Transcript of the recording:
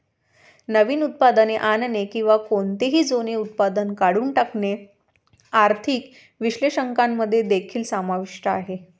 नवीन उत्पादने आणणे किंवा कोणतेही जुने उत्पादन काढून टाकणे आर्थिक विश्लेषकांमध्ये देखील समाविष्ट आहे